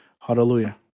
Hallelujah